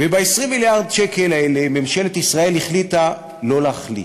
וב-20 מיליארד שקל אלה ממשלת ישראל החליטה לא להחליט,